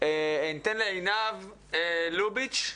עינב לוביץ',